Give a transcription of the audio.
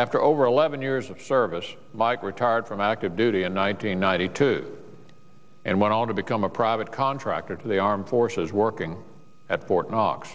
after over eleven years of service mike retired from active duty in one nine hundred ninety two and went on to become a private contractor to the armed forces working at fort knox